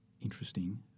interesting